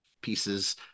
pieces